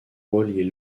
relier